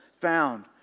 found